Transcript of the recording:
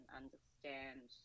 understand